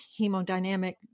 hemodynamic